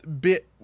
bit